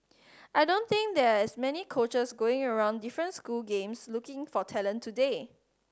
I don't think there are as many coaches going around different school games looking for talent today